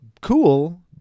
cool